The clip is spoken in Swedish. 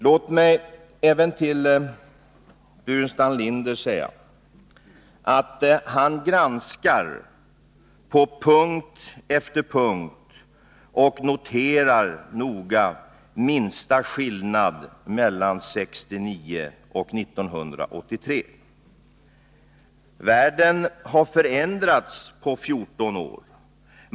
Låt mig också till Staffan Burenstam Linder säga: Han granskar på punkt efter punkt och noterar noga minsta skillnad mellan 1969 och 1983. Men världen har förändrats på 14 år.